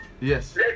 Yes